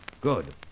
Good